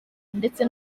ndetse